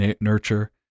nurture